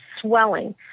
swelling